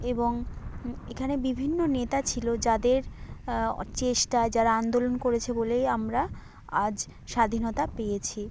এবং এখানে বিভিন্ন নেতা ছিলো যাদের চেষ্টা যারা আন্দোলন করেছে বলেই আমরা আজ স্বাধীনতা পেয়েছি